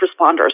responders